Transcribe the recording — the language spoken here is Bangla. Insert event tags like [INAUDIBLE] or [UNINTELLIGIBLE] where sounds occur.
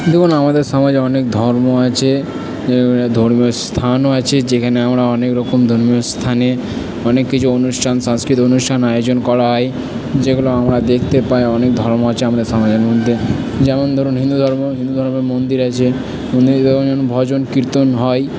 দেখুন আমাদের সমাজে অনেক ধর্ম আছে এবারে ধর্মীয় স্থানও আছে যেখানে আমরা অনেক রকম ধর্মীয় স্থানে অনেক কিছু অনুষ্ঠান সাংস্কৃতিক অনুষ্ঠান আয়োজন করা হয় যেগুলো আমরা দেখতে পাই অনেক ধর্ম আছে আমাদের [UNINTELLIGIBLE] মধ্যে যেমন ধরুন হিন্দু ধর্ম হিন্দু ধর্মের মন্দির আছে [UNINTELLIGIBLE] ভজন কীর্তন হয়